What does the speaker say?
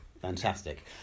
Fantastic